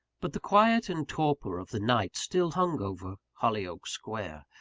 but the quiet and torpor of the night still hung over hollyoake square.